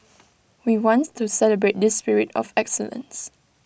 we want to celebrate this spirit of excellence